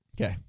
Okay